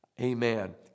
Amen